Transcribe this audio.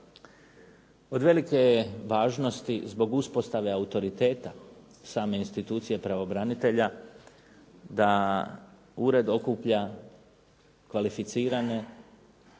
Od velike je važnosti zbog uspostave autoriteta same institucije pravobranitelja da ured okuplja kvalificirane